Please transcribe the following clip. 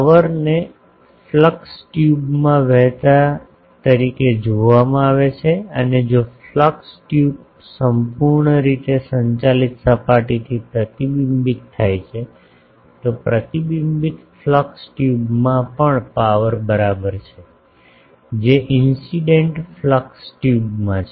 પાવરને ફ્લક્સ ટ્યુબમાં વહેતા તરીકે જોવામાં આવે છે અને જો ફ્લક્સ ટ્યુબ સંપૂર્ણ રીતે સંચાલિત સપાટીથી પ્રતિબિંબિત થાય છે તો પ્રતિબિંબિત ફ્લક્સ ટ્યુબમાં પાવર બરાબર છે જે ઇન્સીડેંટ ફ્લક્સ ટ્યુબમાં છે